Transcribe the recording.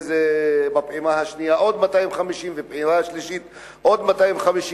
בפעימה השנייה עוד 250 ובפעימה השלישית עוד 250,